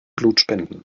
blutspenden